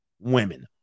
women